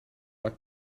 war